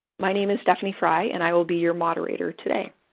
my name is stephanie fry, and i will be your moderator today.